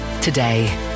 today